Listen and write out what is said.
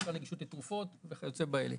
למשל נגישות לתרופות וכיוצא באלה.